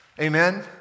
Amen